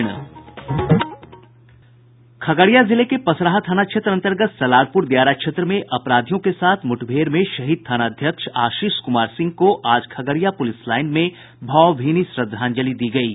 खगड़िया जिले के पसराहा थाना क्षेत्र अंतर्गत सलारपुर दियारा क्षेत्र में अपराधियों के साथ मुठभेड़ में शहीद थानाध्यक्ष आशीष कुमार सिंह को आज खगड़िया पुलिस लाइन में भावभीनी श्रद्धांजलि दी गयी